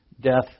death